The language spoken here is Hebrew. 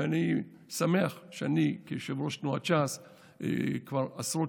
ואני שמח כיושב-ראש תנועת ש"ס שכבר עשרות